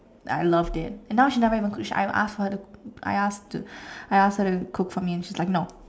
I loved it and now she never even cooks I ask her I ask to I ask her to cook for me and she's like no